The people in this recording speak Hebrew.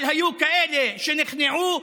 אבל היו כאלה שנכנעו,